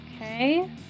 Okay